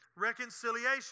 Reconciliation